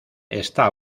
esta